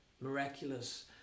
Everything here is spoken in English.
miraculous